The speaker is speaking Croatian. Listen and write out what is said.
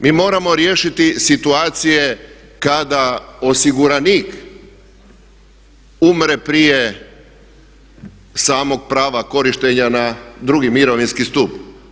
Mi moramo riješiti situacije kada osiguranik umre prije samog prava korištenja na drugi mirovinski stup.